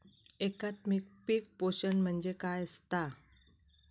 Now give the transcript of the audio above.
एकात्मिक पीक पोषण म्हणजे काय असतां?